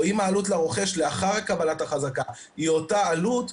או אם העלות לרוכש לאחר קבלת החזקה היא אותה עלות,